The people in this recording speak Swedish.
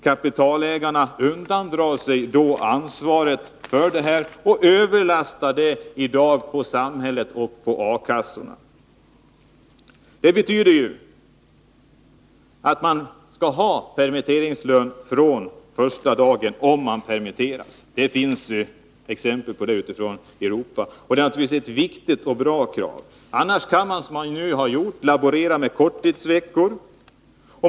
Kapitalägarna undandrar sig då ansvaret och överlastar det på samhället och A-kassorna. Det betyder att den som permitteras skall ha permitteringslön från första dagen. Det finns exempel på det i Europa. Det är naturligtvis ett viktigt och bra krav. Annars kan man, som man nu gjort, laborera med korttidsvecka.